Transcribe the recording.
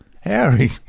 Harry